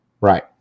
Right